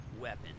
weapon